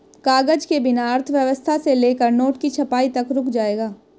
कागज के बिना अर्थव्यवस्था से लेकर नोट की छपाई तक रुक जाएगा